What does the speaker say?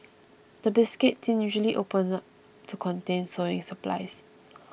the biscuit tin usually opens up to contain sewing supplies